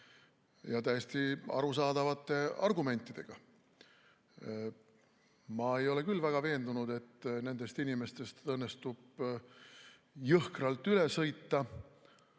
Ja täiesti arusaadavate argumentidega. Ma ei ole väga veendunud, et nendest inimestest õnnestub jõhkralt üle sõita